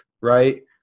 right